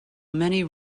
many